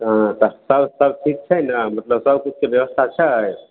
हँ तऽ सर सब ठिक छै ने मतलब सबकिछुके ब्यवस्था छै